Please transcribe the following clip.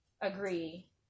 agree